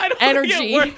energy